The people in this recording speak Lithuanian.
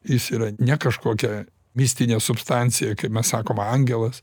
jis yra ne kažkokia mistinė substancija kaip mes sakom angelas